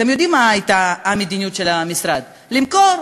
אתם יודעים מה הייתה המדיניות של המשרד: למכור,